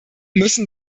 müssen